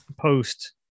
post